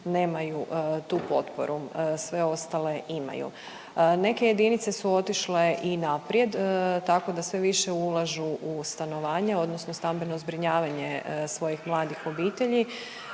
nemaju tu potporu sve ostale imaju. Neke jedinice su otišle i naprijed tako da sve više ulažu u stanovanje odnosno stambeno zbrinjavanje svojih mladih obitelji,